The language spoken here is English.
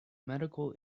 medical